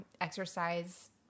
exercise